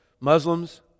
Muslims